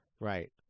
Right